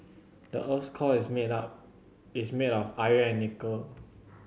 the earth's core is made up is made of iron and nickel